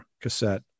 cassette